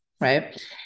right